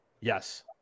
yes